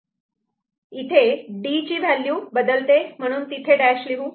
इथे D ची value बदलते म्हणून तिथे डॅश लिहू